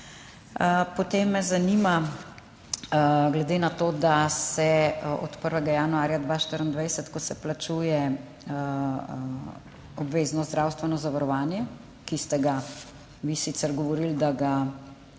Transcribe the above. Potem me zanima glede na to, da se od 1. januarja 2024 plačuje obvezno zdravstveno zavarovanje, o katerem ste vi sicer govorili, da ga